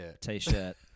T-shirt